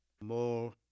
more